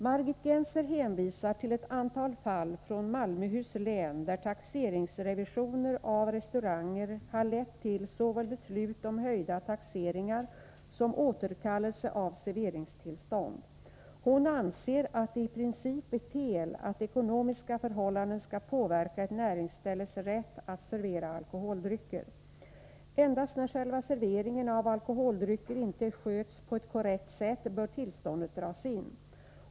Margit Gennser hänvisar till ett antal fall från Malmöhus län där taxeringsrevisioner av restauranger har lett till såväl beslut om höjda taxeringar som återkallelse av serveringstillstånd. Hon anser att det i princip är fel att ekonomiska förhållanden skall påverka ett näringsställes rätt att servera alkoholdrycker. Endast när själva serveringen av alkoholdrycker inte sköts på ett korrekt sätt bör tillståndet dras in.